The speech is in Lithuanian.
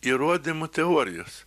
įrodymų teorijos